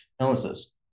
illnesses